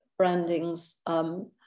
brandings